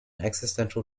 existential